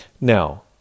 Now